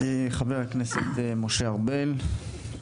חבר הכנסת משה ארבל, בקשה.